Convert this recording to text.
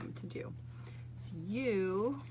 to do. so you,